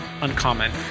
uncommon